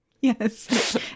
Yes